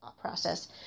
process